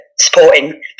supporting